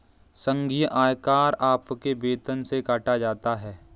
संघीय आयकर आपके वेतन से काटा जाता हैं